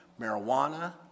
marijuana